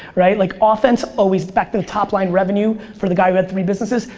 right like offense always, back to the top line revenue for the guy who had three businesses.